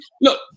Look